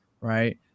right